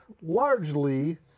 largely